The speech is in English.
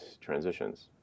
transitions